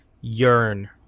yearn